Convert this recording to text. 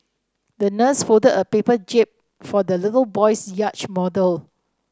the nurse folded a paper jib for the little boy's yacht model